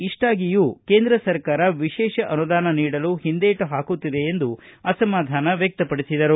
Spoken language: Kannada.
ಇಷ್ಟಾಗಿಯೂ ಕೇಂದ್ರ ಸರ್ಕಾರ ವಿಶೇಷ ಅನುದಾನ ನೀಡಲು ಹಿಂದೇಟು ಹಾಕುತ್ತಿದೆ ಎಂದು ಅಸಮಾಧಾನ ವ್ಯಕ್ತಪಡಿಸಿದರು